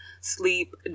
sleep